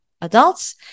adults